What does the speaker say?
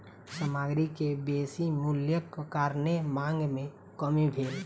सामग्री के बेसी मूल्यक कारणेँ मांग में कमी भेल